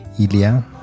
Ilya